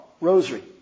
Rosary